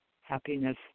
Happiness